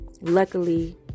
Luckily